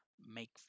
make